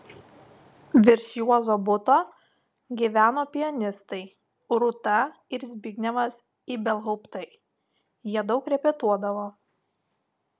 virš juozo buto gyveno pianistai rūta ir zbignevas ibelhauptai jie daug repetuodavo